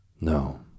No